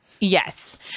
Yes